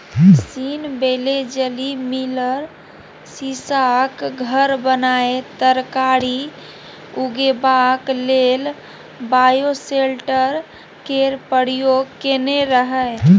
scene Wellesley Miller सीशाक घर बनाए तरकारी उगेबाक लेल बायोसेल्टर केर प्रयोग केने रहय